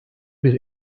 bir